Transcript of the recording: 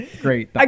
Great